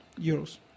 euros